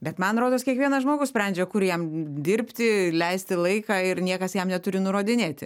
bet man rodos kiekvienas žmogus sprendžia kur jam dirbti leisti laiką ir niekas jam neturi nurodinėti